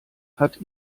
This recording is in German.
hat